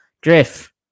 drift